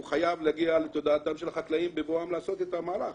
הוא חייב להגיע לתודעתם של החקלאים בבואם לעשות את המהלך.